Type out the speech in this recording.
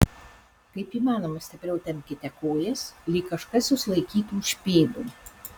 kaip įmanoma stipriau tempkite kojas lyg kažkas jus laikytų už pėdų